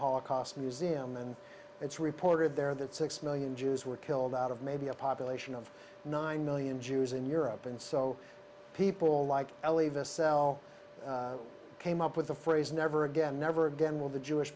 holocaust museum and it's reported there that six million jews were killed out of maybe a population of nine million jews in europe and so people like elie the cell came up with the phrase never again never again will the jewish